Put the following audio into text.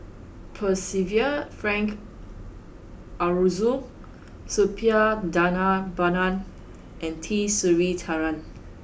Percival Frank Aroozoo Suppiah Dhanabalan and T Sasitharan